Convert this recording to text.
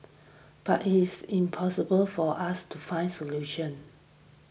but it's impossible for us to find solutions